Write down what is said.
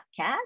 podcast